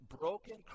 broken